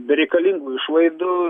bereikalingų išlaidų